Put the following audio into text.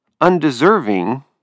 undeserving